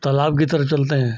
तालाब की तरफ़ चलते हैं